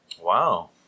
Wow